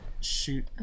shoot